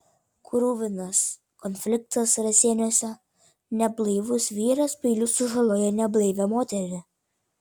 kruvinas konfliktas raseiniuose neblaivus vyras peiliu sužalojo neblaivią moterį